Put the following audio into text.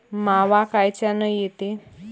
मावा कायच्यानं येते?